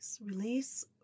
Release